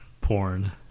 Porn